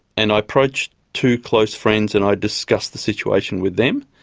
and i approached two close friends and i discussed the situation with them,